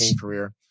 career